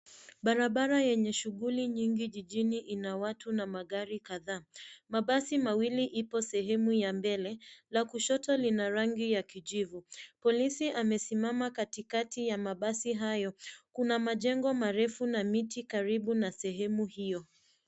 Barabara yenye shughuli nyingi jijini ina watu na magari kadhaa. Mabasi mawili yipo sehemu ya mbele na kushoto lina rangi ya kijivu. Polisi amesimama katikati ya mabasi hayo. Kuna majengo marefu na miti karibu na sehemu hiyo.